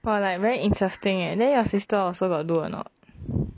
but like very interesting eh then your sister also got do a not